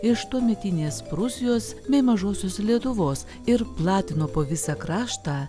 iš tuometinės prūsijos bei mažosios lietuvos ir platino po visą kraštą